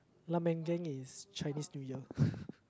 is Chinese-New-year